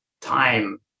time